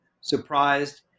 surprised